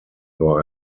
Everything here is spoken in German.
nur